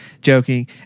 joking